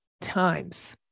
times